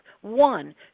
One